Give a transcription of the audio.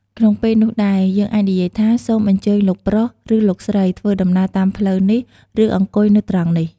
ក្នុងពេលនោះដែរ យើងអាចនិយាយថា "សូមអញ្ជើញលោកប្រុស ឬលោកស្រី ធ្វើដំណើរតាមផ្លូវនេះ ឬអង្គុយនៅត្រង់នេះ"។